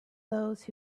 those